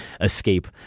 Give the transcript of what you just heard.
escape